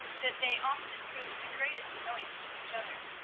that they often proved the greatest annoyance to each other.